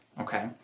okay